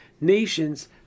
nations